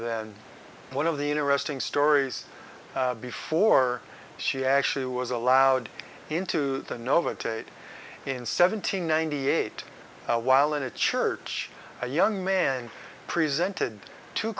then one of the interesting stories before she actually was allowed into the nova tate in seven hundred ninety eight while in a church a young man presented t